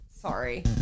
Sorry